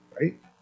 right